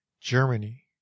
Germany